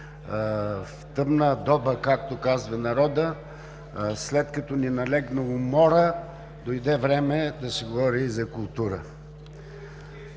в „тъмна доба“, както казва народът, след като ни налегна умора, дойде време да се говори и за култура.